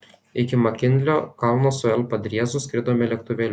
iki makinlio kalno su l padriezu skridome lėktuvėliu